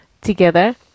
together